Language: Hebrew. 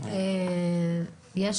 אז